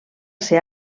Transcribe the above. ser